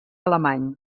alemany